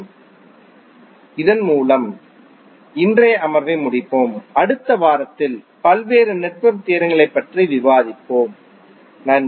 எனவே இதன் மூலம் இன்றைய அமர்வை முடிப்போம் அடுத்த வாரத்தில் பல்வேறு நெட்வொர்க் தியரங்களைப் பற்றி விவாதிப்போம் நன்றி